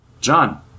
John